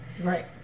Right